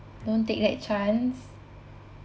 don't take that chance